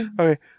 Okay